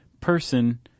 person